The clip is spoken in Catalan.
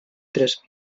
tres